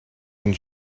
and